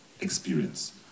experience